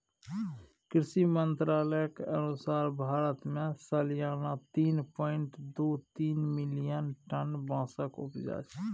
कृषि मंत्रालयक अनुसार भारत मे सलियाना तीन पाँइट दु तीन मिलियन टन बाँसक उपजा छै